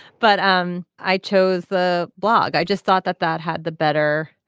but um i chose the blog. i just thought that that had the better.